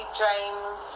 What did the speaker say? james